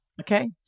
Okay